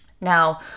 Now